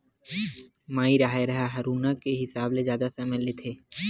माई राहेर ह हरूना के हिसाब ले जादा समय लेथे